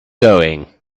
going